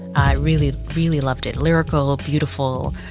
i really, really loved it lyrical, beautiful.